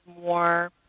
more